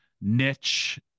niche